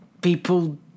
people